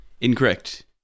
Incorrect